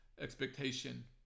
expectation